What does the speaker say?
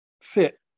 fit